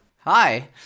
Hi